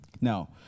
Now